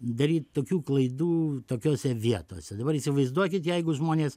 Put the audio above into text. daryt tokių klaidų tokiose vietose dabar įsivaizduokit jeigu žmonės